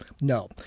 No